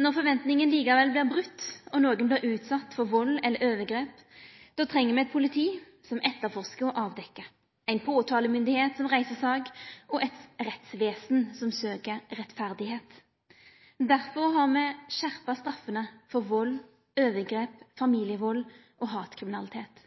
Når forventinga likevel vert broten og nokon vert utsett for vald eller overgrep, treng me eit politi som etterforskar og avdekkjer, ei påtalemyndigheit som reiser sak og eit rettsvesen som søkjer rettferd. Derfor har me skjerpa straffene for vald, overgrep, familievald og hatkriminalitet.